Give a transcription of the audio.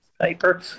Paper